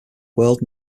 world